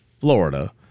Florida